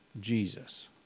Jesus